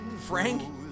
Frank